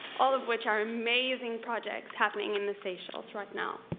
all of which are amazing projects happening in the seychelles right now.